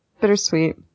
bittersweet